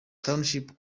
township